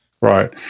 Right